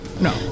no